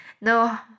no